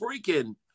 freaking